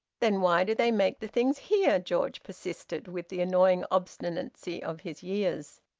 then why do they make the things here? george persisted with the annoying obstinacy of his years.